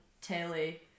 telly